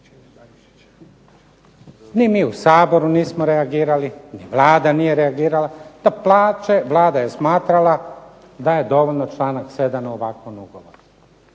Ni mi u Saboru nismo reagirali, ni Vlada nije reagirala pa plaće Vlada je smatrala da je dovoljno članak 7. ovako na ugovor.